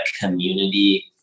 community